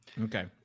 Okay